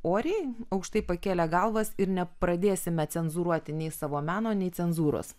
oriai aukštai pakėlę galvas ir nepradėsime cenzūruoti nei savo meno nei cenzūros